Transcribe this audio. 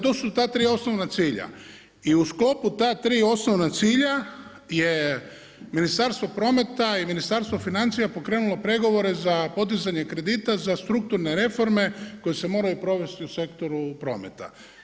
To su ta tri osnovna cilja i u sklopu ta tri osnovna cilja je Ministarstvo prometa i Ministarstvo financija pokrenulo pregovore za podizanje kredita, za strukturne reforme koje se moraju provesti u sektoru prometa.